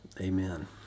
Amen